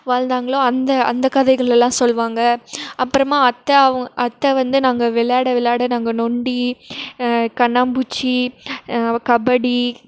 வாழ்ந்தாங்களோ அந்த அந்தக் கதைகள் எல்லாம் சொல்லுவாங்க அப்புறமா அத்தை அவங் அத்தை வந்து நாங்கள் விளையாட விளையாட நாங்கள் நொண்டி கண்ணாம்பூச்சி கபடி